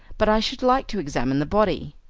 but i should like to examine the body.